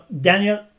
Daniel